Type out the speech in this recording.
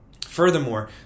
Furthermore